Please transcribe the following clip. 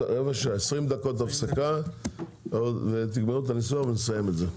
עשרים דקות הפסקה, תגמרו את הניסוח ונסיים את זה.